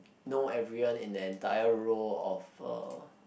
know everyone in the entire row of uh